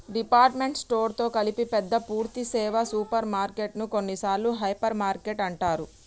department store తో కలిపి పెద్ద పూర్థి సేవ సూపర్ మార్కెటు ను కొన్నిసార్లు హైపర్ మార్కెట్ అంటారు